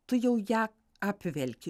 tu jau ją apvelki